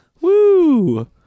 Woo